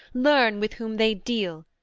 learn with whom they deal,